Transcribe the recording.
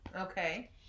Okay